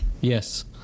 Yes